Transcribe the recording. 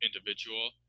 individual